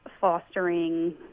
fostering